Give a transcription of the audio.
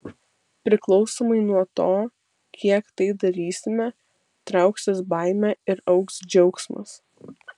priklausomai nuo to kiek tai darysime trauksis baimė ir augs džiaugsmas